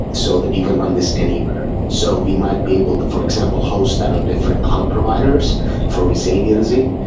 so that you can run this anywhere. so we might be able to, for example, host that on different cloud providers for resiliency.